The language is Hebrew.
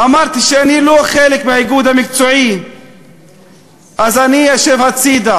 אמרתי שאני לא חלק מהאיגוד המקצועי אז אני אשב בצד,